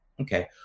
Okay